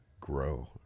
grow